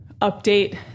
update